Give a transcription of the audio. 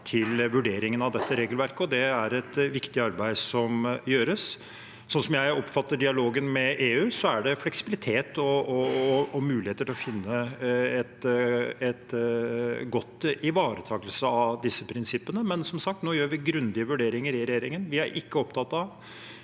til vurderingen av dette regelverket, og det er et viktig arbeid som gjøres. Slik jeg oppfatter dialogen med EU, er det fleksibilitet og muligheter til å finne en god ivaretakelse av disse prinsippene. Men som sagt gjør vi nå grundige vurderinger i regjeringen. Vi er ikke opptatt av